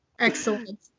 Excellent